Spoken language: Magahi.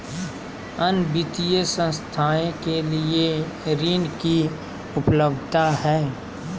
अन्य वित्तीय संस्थाएं के लिए ऋण की उपलब्धता है?